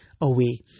away